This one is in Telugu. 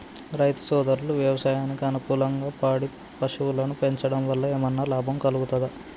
రైతు సోదరులు వ్యవసాయానికి అనుకూలంగా పాడి పశువులను పెంచడం వల్ల ఏమన్నా లాభం కలుగుతదా?